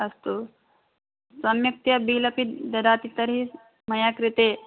अस्तु सम्यक्तया बिल् अपि ददाति तर्हि मया कृते